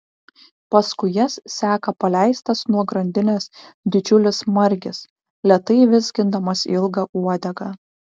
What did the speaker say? paskui jas seka paleistas nuo grandinės didžiulis margis lėtai vizgindamas ilgą uodegą